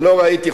ולא ראיתי,